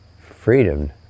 freedom